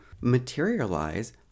materialize